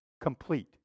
complete